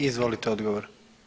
Izvolite odgovor.